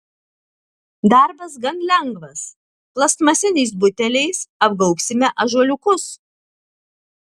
darbas gan lengvas plastmasiniais buteliais apgaubsime ąžuoliukus